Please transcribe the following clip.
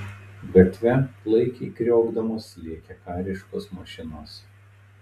gatve klaikiai kriokdamos lėkė kariškos mašinos